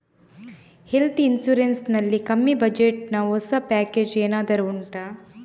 health insurance ನಲ್ಲಿ ಕಮ್ಮಿ budget ನ ಹೊಸ ಪ್ಯಾಕೇಜ್ ಏನಾದರೂ ಉಂಟಾ